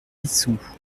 issou